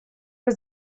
was